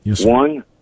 One